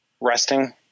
Resting